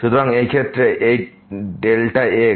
সুতরাং এই ক্ষেত্রে এই x Y